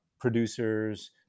producers